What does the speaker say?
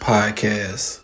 Podcast